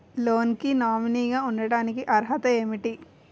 Loan కి nominee గా ఉండటానికి అర్హత ఏమిటి?